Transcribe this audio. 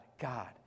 God